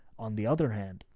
on the other hand,